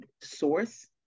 source